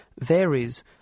Varies